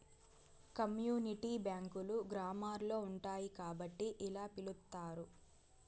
community బ్యాంకులు గ్రామాల్లో ఉంటాయి కాబట్టి ఇలా పిలుత్తారు